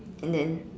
and then